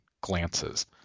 glances